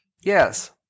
Yes